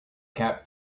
cap